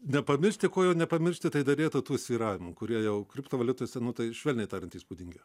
nepamiršti ko jau nepamiršti tai derėtų tų svyravimų kurie jau kriptovaliutose nu tai švelniai tariant įspūdingi